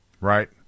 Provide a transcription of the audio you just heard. Right